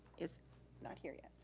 is not here yet.